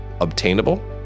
obtainable